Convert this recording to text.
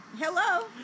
Hello